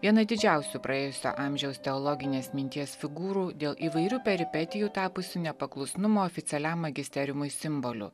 vienas didžiausių praėjusio amžiaus teologinės minties figūrų dėl įvairių peripetijų tapusių nepaklusnumo oficialiam magisteriumui simboliu